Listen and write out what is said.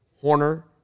Horner